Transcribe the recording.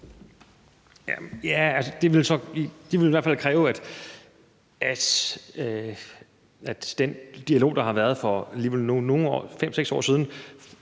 Jah, det ville i hvert fald kræve, at den dialog, der var for alligevel nogle år siden,